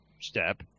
step